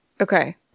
Okay